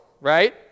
right